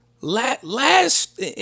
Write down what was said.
Last